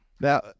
Now